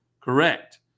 Correct